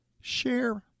Share